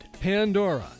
Pandora